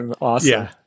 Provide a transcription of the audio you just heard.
awesome